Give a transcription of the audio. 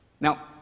Now